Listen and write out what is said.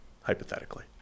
hypothetically